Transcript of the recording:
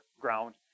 ground